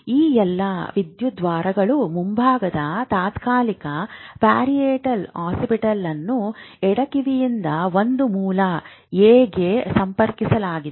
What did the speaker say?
ಈ ಎಲ್ಲಾ ವಿದ್ಯುದ್ವಾರಗಳು ಮುಂಭಾಗದ ತಾತ್ಕಾಲಿಕ ಪ್ಯಾರಿಯೆಟಲ್ ಆಕ್ಸಿಪಿಟಲ್ ಅನ್ನು ಎಡ ಕಿವಿಯಂತೆ ಒಂದು ಮೂಲ A ಗೆ ಸಂಪರ್ಕಿಸಲಾಗಿದೆ